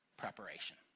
Preparation